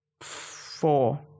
Four